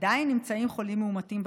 עדיין נמצאים חולים מאומתים בשדה,